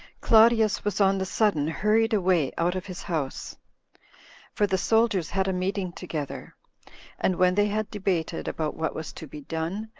claudius was on the sudden hurried away out of his house for the soldiers had a meeting together and when they had debated about what was to be done,